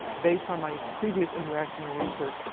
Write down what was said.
based on my previous interaction and research,